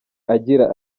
agira